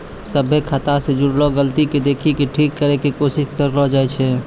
सभ्भे खाता से जुड़लो गलती के देखि के ठीक करै के कोशिश करलो जाय छै